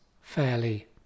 fairly